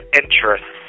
interest